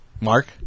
Mark